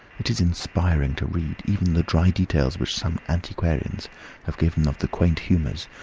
it is inspiring to read even the dry details which some antiquarians have given of the quaint humours,